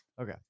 Okay